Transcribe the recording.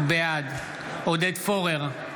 בעד עודד פורר,